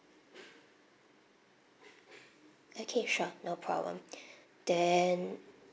okay sure no problem then